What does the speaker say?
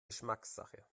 geschmackssache